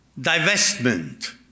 Divestment